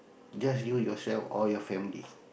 just you yourself or your family